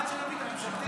עד שתביא את הממשלתית.